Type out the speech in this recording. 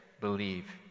believe